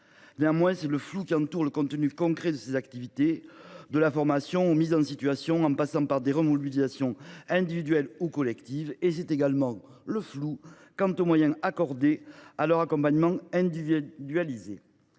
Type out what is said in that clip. Néanmoins, un flou entoure le contenu concret de ces activités, de la formation aux mises en situation en passant par les remobilisations individuelles ou collectives ; et les moyens accordés à l’accompagnement individualisé